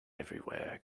everywhere